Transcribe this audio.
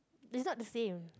is not the same